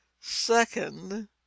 second